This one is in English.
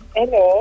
Hello